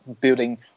building